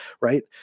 right